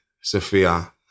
Sophia